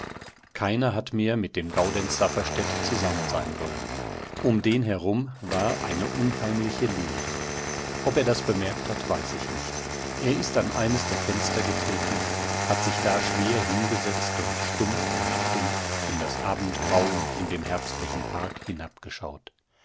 keiner hat mehr mit dem gaudenz safferstätt zusammen sein wollen um den herum war eine unheimliche leere ob er das bemerkt hat weiß ich nicht er ist an eines der fenster getreten hat sich da schwer hingesetzt und stumpf und dumpf in das abendgrauen in dem herbstlichen park